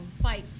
bikes